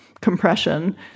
compression